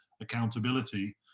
accountability